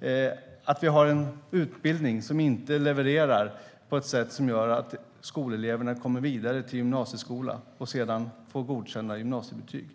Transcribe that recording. krävs. Vi har en utbildning som inte levererar på ett sätt som gör att eleverna kan gå vidare till gymnasieskolan och sedan får godkända gymnasiebetyg.